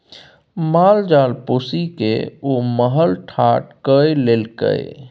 माल जाल पोसिकए ओ महल ठाढ़ कए लेलकै